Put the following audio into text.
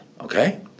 Okay